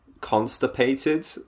constipated